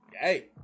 hey